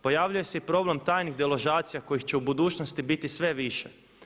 Pojavljuje se i problem tajnih deložacija kojih će u budućnosti biti sve više.